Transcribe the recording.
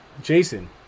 Jason